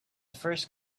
first